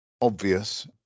obvious